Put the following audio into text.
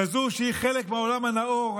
כזאת שהיא חלק מהעולם הנאור,